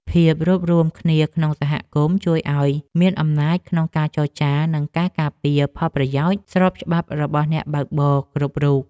ភាពរួបរួមគ្នាក្នុងសហគមន៍ជួយឱ្យមានអំណាចក្នុងការចរចា និងការការពារផលប្រយោជន៍ស្របច្បាប់របស់អ្នកបើកបរគ្រប់រូប។